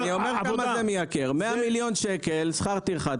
אני אומר כמה זה מייקר 100 מיליון שקל שכר טרחה,